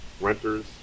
renters